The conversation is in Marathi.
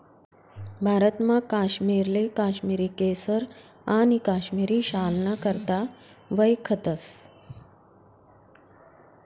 भारतमा काश्मीरले काश्मिरी केसर आणि काश्मिरी शालना करता वयखतस